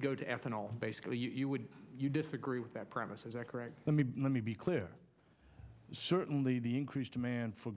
go to ethanol basically you would you disagree with that premise is that correct let me let me be clear certainly the increased demand for